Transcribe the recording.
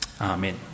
Amen